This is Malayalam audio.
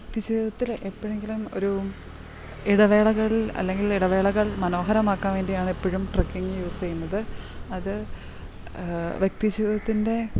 വ്യക്തിജീവിതത്തിൽ എപ്പോഴെങ്കിലും ഒരു ഇടവേളകളിൽ അല്ലെങ്കിൽ ഇടവേളകൾ മനോഹരമാക്കാൻ വേണ്ടിയാണ് എപ്പോഴും ട്രക്കിങ്ങ് യൂസ് ചെയ്യുന്നത് അത് വ്യക്തിജീവിതത്തിൻ്റെ